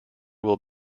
will